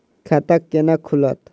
खाता केना खुलत?